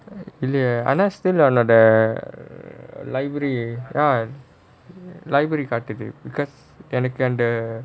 இல்லையே ஆனா:illayae aanaa steam leh the library ya library card காட்டுது:kaatuthu because எனக்கு அந்த:ennaku antha